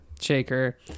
shaker